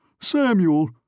Samuel